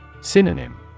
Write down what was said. Synonym